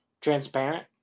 Transparent